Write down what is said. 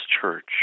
Church